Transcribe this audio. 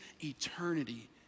eternity